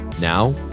now